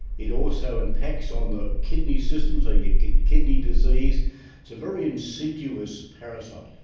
it also impacts on the kidney system so you get kidney disease it's a very insidious parasite.